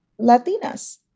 Latinas